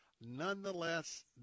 nonetheless